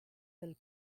del